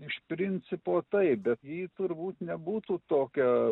iš principo taip bet ji turbūt nebūtų tokia